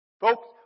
Folks